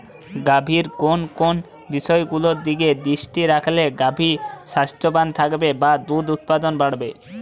গাভীর কোন কোন বিষয়গুলোর দিকে দৃষ্টি রাখলে গাভী স্বাস্থ্যবান থাকবে বা দুধ উৎপাদন বাড়বে?